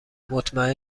مطمئن